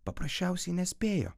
paprasčiausiai nespėjo